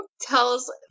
tells